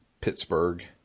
Pittsburgh